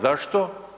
Zašto?